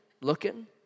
looking